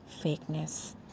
fakeness